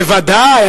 בוודאי.